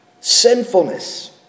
sinfulness